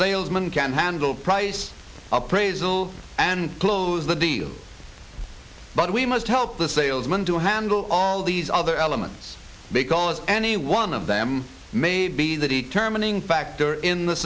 salesman can handle price appraisal and close the deal but we must help the salesman to handle all these other elements because any one of them may be that he terminating factor in the